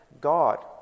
God